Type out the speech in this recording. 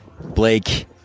Blake